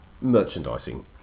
merchandising